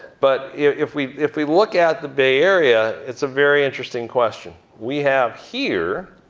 but if we if we look at the bay area, it's a very interesting question. we have here.